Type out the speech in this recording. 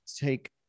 take